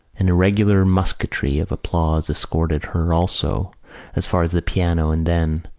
an irregular musketry of applause escorted her also as far as the piano and then,